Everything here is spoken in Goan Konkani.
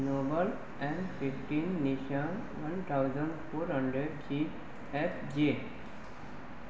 Nobel M fifteen Nisha one thousand four hundred C F G A